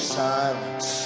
silence